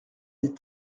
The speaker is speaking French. des